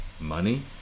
Money